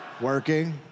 working